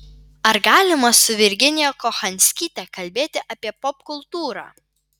ar galima su virginija kochanskyte kalbėti apie popkultūrą